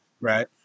Right